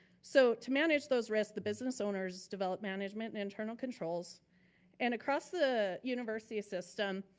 so to manage those risks, the business owners develop management and internal controls and across the university system,